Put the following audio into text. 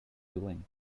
doing